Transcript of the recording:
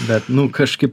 bet nu kažkaip